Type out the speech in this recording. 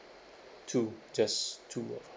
two just two of